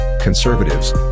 conservatives